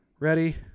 Ready